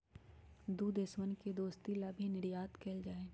दु देशवन के दोस्ती ला भी निर्यात कइल जाहई